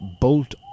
bolt